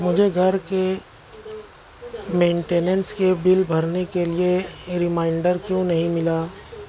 مجھے گھر کے مینٹیننس کے بل بھرنے کے لیے ریمائنڈر کیوں نہیں ملا